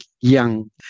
Yang